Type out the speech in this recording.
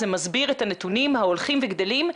זה מסביר את הנתונים ההולכים וגדלים.